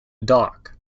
dock